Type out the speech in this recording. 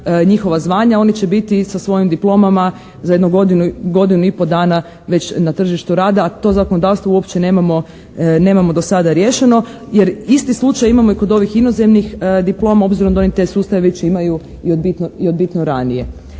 njihova zvanja, oni će biti isto svojim diplomama za jedno godinu, godinu i pol dana već na tržištu rada, a to u zakonodavstvu uopće nemamo do sada riješeno jer isti slučaj imamo i kod ovih inozemnih diploma, obzirom da oni te sustave već imaju i od bitno ranije.